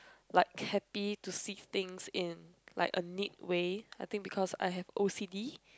like happy to see things in like a neat way I think because I have O_C_D